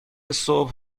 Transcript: صبح